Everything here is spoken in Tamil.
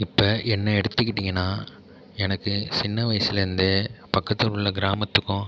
இப்போ என்ன எடுத்துக்கிட்டிங்கனா எனக்கு சின்ன வயசுலேந்தே பக்கத்தில் உள்ள கிராமத்துக்கும்